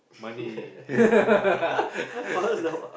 money